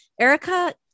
Erica